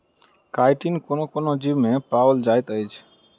chitin कोनो कोनो जीवमे पाओल जाइत अछि